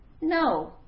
no